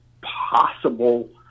possible